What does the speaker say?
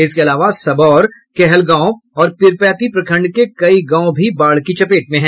इसके अलावा सबौर कहलगांव और पीरपैंती प्रखंड के कई गांव भी बाढ़ की चपेट में हैं